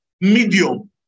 medium